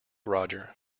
roger